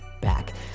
back